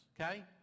Okay